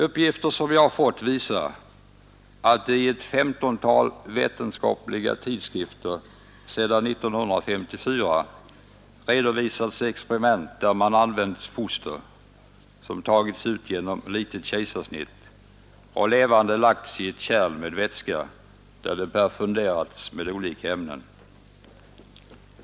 Uppgifter som jag har fått visar att det i ett femtontal vetenskapliga tidskrifter sedan 1954 redovisats experiment där man använt foster som tagits ut genom litet kejsarsnitt och levande lagts i ett kärl med vätska, där de perfunderats med olika ämnen.